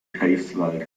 greifswald